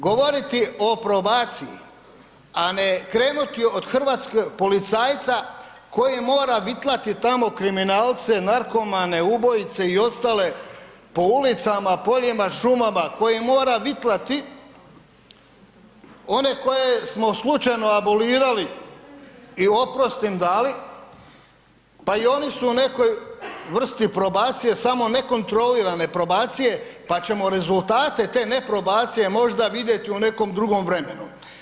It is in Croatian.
Govoriti o probaciji, a ne krenuti od hrvatskog policajca koji mora vitlati tamo kriminalce, narkomane, ubojice i ostale po ulicama, poljima, šumama, koji mora vitlati one koje smo slučajno abolirali i oprost im dali, pa i oni su u nekoj vrsti probacije samo u nekontrolirane probacije, pa ćemo rezultate te neprobacije možda vidjeti u nekom drugom vremenu.